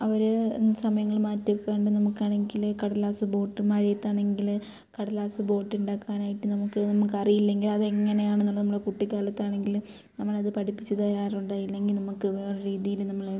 അവർ സമയങ്ങൾ മാറ്റി വെക്കുകയാണെങ്കിൽ നമുക്കാണെങ്കിൽ കടലാസ് ബോട്ട് മഴയത്താണെങ്കിൽ കടലാസ് ബോട്ട് ഉണ്ടാക്കാനായിട്ട് നമുക്ക് നമുക്ക് അറിയില്ലെങ്കിൽ അതെങ്ങനെയാണെന്നുള്ളതെന്ന് കുട്ടിക്കാലത്താണെങ്കിലും നമ്മളെ അത് പഠിപ്പിച്ചു തരാറുണ്ട് ഇല്ലെങ്കിൽ നമുക്ക് വേറെ രീതിയിൽ നമ്മൾ